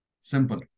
simple